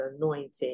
anointed